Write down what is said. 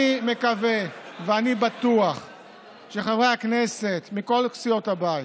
אני מקווה ואני בטוח שחברי הכנסת מכל סיעות הבית